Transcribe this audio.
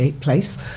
place